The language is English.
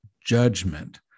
judgment